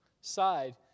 side